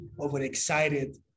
overexcited